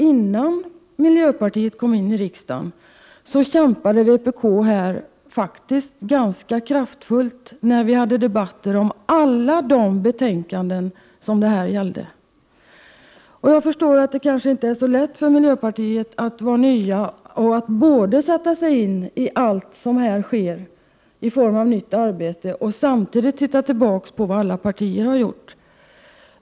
Innan miljöpartiet kom in i riksdagen kämpade vpk faktiskt här ganska kraftfullt, när vi debatterade alla de betänkanden som gällde den här frågan. Jag förmodar att det kanske inte är så lätt för miljöpartisterna som är nya att både sätta sig in i det nya arbetet och allt som sker här och samtidigt titta tillbaka på vad olika partier har gjort.